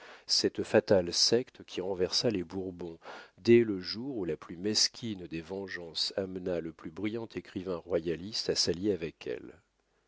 cette fatale secte qui renversa les bourbons dès le jour où la plus mesquine des vengeances amena le plus brillant écrivain royaliste à s'allier avec elle